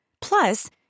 Plus